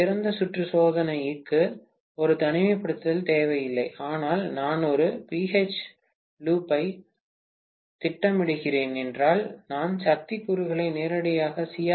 திறந்த சுற்று சோதனைக்கு ஒரு தனிமைப்படுத்தல் தேவையில்லை ஆனால் நான் ஒரு பிஹெச் லூப்பைத் திட்டமிடுகிறேன் என்றால் நான் சக்தி கூறுகளை நேரடியாக சி